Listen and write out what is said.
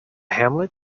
hamlet